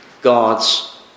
God's